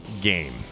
game